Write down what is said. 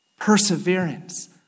perseverance